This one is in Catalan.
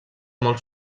molt